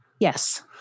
Yes